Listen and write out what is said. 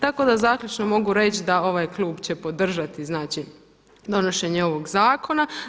Tako da zaključno mogu reći da ovaj klub će podržati, znači donošenje ovog zakona.